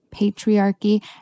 patriarchy